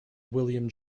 william